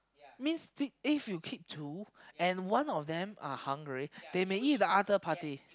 means this if you keep two and one of them are hungry they may eat the other party